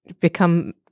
become